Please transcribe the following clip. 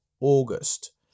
August